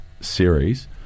series